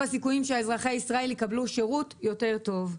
הסיכויים שאזרחי ישראל יקבלו שירות יותר טוב.